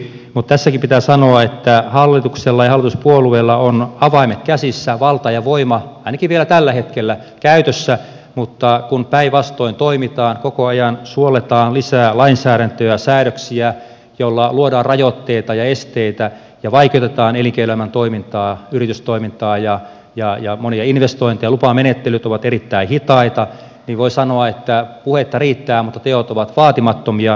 tässäkin pitää sanoa että hallituksella ja hallituspuolueilla on avaimet käsissään valta ja voima ainakin vielä tällä hetkellä käytössä mutta kun päinvastoin toimitaan koko ajan suolletaan lisää lainsäädäntöä säädöksiä joilla luodaan rajoitteita ja esteitä ja vaikeutetaan elinkeinoelämän toimintaa yritystoimintaa ja monia investointeja lupamenettelyt ovat erittäin hitaita niin voi sanoa että puhetta riittää mutta teot ovat vaatimattomia